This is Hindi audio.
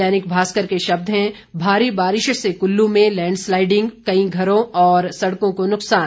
दैनिक भास्कर के शब्द हैं भारी बारिश से कुल्लू में लैंडस्लाइडिंग कई घरों और सड़कों को नुकसान